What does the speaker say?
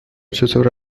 چطور